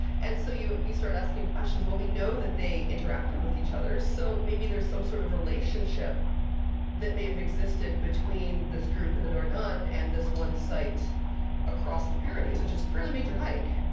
and so you um you start asking questions. well, we know that they interacted with each other. so maybe there's some sort of relationship that may have existed between this group and the dourdan and this one site across the pyrenees, which is a fairly major hike